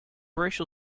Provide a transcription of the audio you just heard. racial